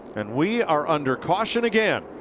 and we are under caution again.